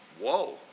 whoa